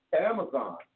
Amazon